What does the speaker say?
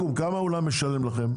אקו"ם, כמה אולם משלם לכם?